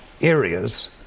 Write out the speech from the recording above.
areas